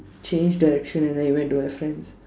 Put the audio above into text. change direction and then it went to my friends